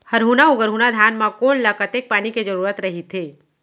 हरहुना अऊ गरहुना धान म कोन ला कतेक पानी के जरूरत रहिथे?